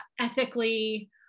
ethically